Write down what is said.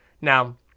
now